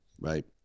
Right